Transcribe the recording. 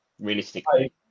Realistically